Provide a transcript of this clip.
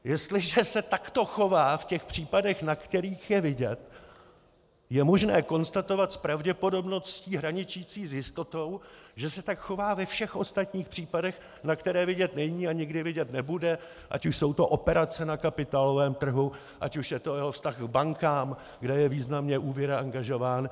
Jestliže se takto chová v těch případech, na kterých je vidět, je možné konstatovat s pravděpodobností hraničící s jistotou, že se tak chová ve všech ostatních případech, na které vidět není a nikdy vidět nebude, ať už jsou to operace na kapitálovém trhu, ať už je to jeho vztah k bankám, kde je významně úvěrově angažován.